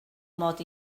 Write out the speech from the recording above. mod